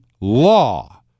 law